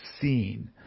seen